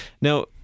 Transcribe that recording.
Now